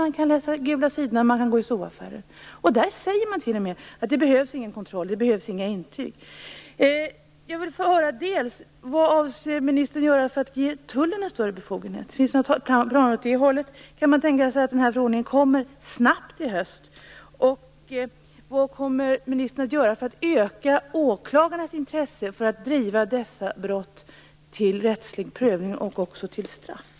De kan köpas genom Man säger där att det inte behövs någon kontroll eller några intyg. Tullen större befogenhet. Finns det några sådana planer? Kan man tänka sig att den här förordningen kommer snabbt i höst? Vad kommer ministern att göra för att öka åklagarnas intresse för att driva dessa brott till rättslig prövning och till straff?